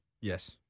Yes